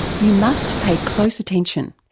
you must pay close attention.